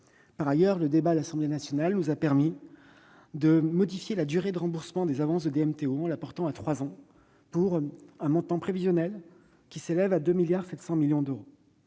Par ailleurs, le débat à l'Assemblée nationale nous a permis de modifier la durée de remboursement des avances de DMTO en la portant à trois ans pour un montant prévisionnel qui s'élève à 2,7 milliards d'euros.